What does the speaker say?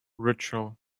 ritual